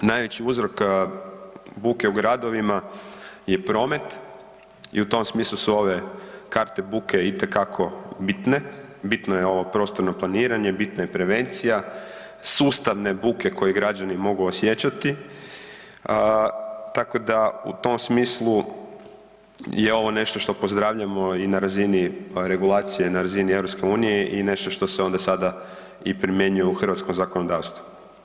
Najveći uzrok buke u gradovima je promet i u tom smislu su ove karte buke itekako bitne, bitno je ovo prostorno planiranje, bitna je prevencija, sustavne buke koje građani mogu osjećati tako da u tom smislu je ovo nešto što pozdravljamo i na razini regulacije na razini EU i nešto što se sada primjenjuje u hrvatsko zakonodavstvo.